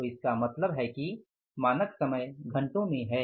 तो इसका मतलब है कि मानक समय घंटों में है